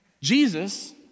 Jesus